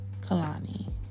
Kalani